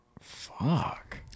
Fuck